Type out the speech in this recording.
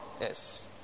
Yes